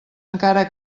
encara